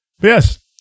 Yes